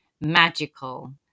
magical